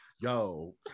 yo